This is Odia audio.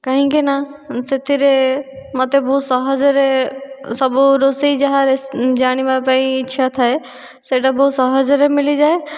କାହିଁକିନା ସେଥିରେ ମୋତେ ବହୁତ ସହଜରେ ସବୁ ରୋଷେଇ ଯାହା ଜାଣିବା ପାଇଁ ଇଚ୍ଛା ଥାଏ ସେଇଟା ବହୁତ ସହଜରେ ମିଳିଯାଏ